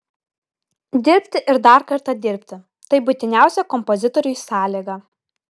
dirbti ir dar kartą dirbti tai būtiniausia kompozitoriui sąlyga